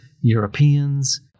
Europeans